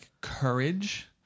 courage